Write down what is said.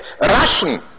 Russian